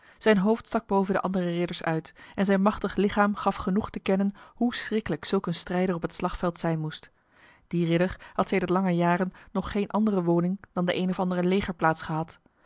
zijn hoofd stak boven de andere ridders uit en zijn machtig lichaam gaf genoeg te kennen hoe schriklijk zulk een strijder op het slagveld zijn moest die ridder had sedert lange jaren nog geen andere woning dan de een of andere legerplaats gehad